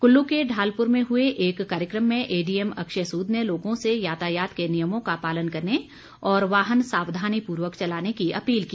कुल्लू के ढालपुर में हुए एक कार्यकम में एडीएम अक्षय सूद ने लोगों से यातायात के नियमों का पालन करने और वाहन सावधानी पूर्वक चलाने की अपील की